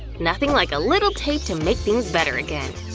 nothing like a little tape to make things better again.